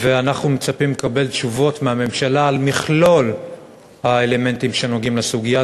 ואנחנו מצפים לקבל תשובות מהממשלה על מכלול האלמנטים שנוגעים לסוגיה,